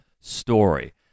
story